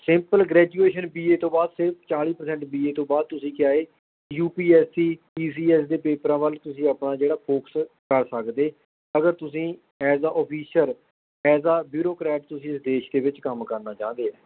simple graduation B A ਤੋਂ ਬਾਅਦ ਸਿਰਫ਼ ਚਾਲੀ ਪਰਸੈਂਟ ਬੀ ਏ ਤੋਂ ਬਾਅਦ ਤੁਸੀਂ ਕਿਹਾ ਹੈ U P S C P C S ਦੇ ਪੇਪਰਾਂ ਵੱਲ ਤੁਸੀਂ ਆਪਣਾ ਜਿਹੜਾ ਫੋਕਸ ਕਰ ਸਕਦੇ ਅਗਰ ਤੁਸੀਂ as a officer as a bureaucrat ਤੁਸੀਂ ਇਸ ਦੇਸ਼ ਦੇ ਵਿੱਚ ਕੰਮ ਕਰਨਾ ਚਾਹੁੰਦੇ